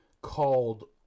called